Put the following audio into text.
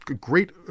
great